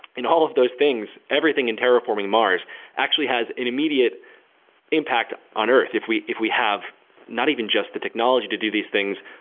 all of those things. everything in terraforming mars actually has an immediate impact on earth if we if we have not even just the technology to do these things,